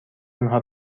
آنها